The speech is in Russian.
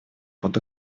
под